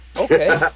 Okay